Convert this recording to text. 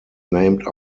named